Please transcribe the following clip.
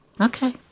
Okay